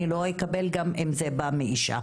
אני לא אקבל גם אם זה בא מאישה.